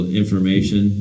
information